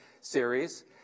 series